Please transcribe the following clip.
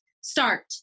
start